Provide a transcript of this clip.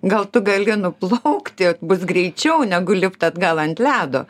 gal tu gali nuplaukti bus greičiau negu lipt atgal ant ledo